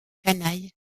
canaille